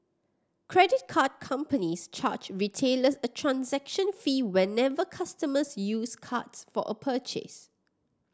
credit card companies charge retailers a transaction fee whenever customers use cards for a purchase